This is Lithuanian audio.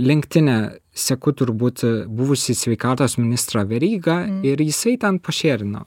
lenktinę seku turbūt buvusį sveikatos ministrą verygą ir jisai ten pašėrino